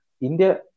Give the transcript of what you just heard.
India